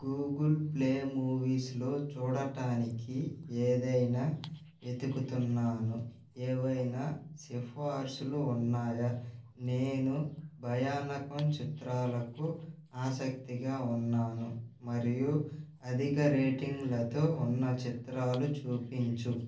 Google Play మూవీస్లో చూడడానికి ఏదైనా వెతుకుతున్నాను ఏవైనా సిఫార్సులు ఉన్నాయా నేను భయానకం చిత్రాలకు ఆసక్తిగా ఉన్నాను మరియు అధిక రేటింగ్లతో ఉన్న చిత్రాలు చూపించు